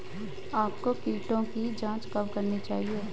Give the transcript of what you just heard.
आपको कीटों की जांच कब करनी चाहिए?